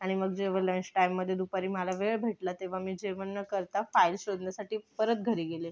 आणि मग जेव्हा लंच टाईममध्ये दुपारी मला वेळ भेटला तेव्हा मी जेवण न करता फाईल शोधण्यासाठी परत घरी गेले